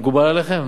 מקובל עליכם?